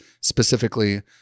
specifically